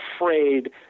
afraid